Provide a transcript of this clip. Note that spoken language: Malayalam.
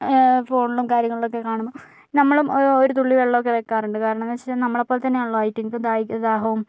ഫോണിലും കാര്യങ്ങളിലൊക്കെ കാണുമ്പോൾ നമ്മളും ഒരു തുള്ളി വെള്ളൊക്കെ വെക്കാറുണ്ട് കാരണംന്നെച്ചാല് നമ്മളെപ്പോലെതന്നെയാണല്ലോ അയ്റ്റങ്ങയ്ക്കും ദാഹി ദാഹവും